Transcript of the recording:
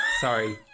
Sorry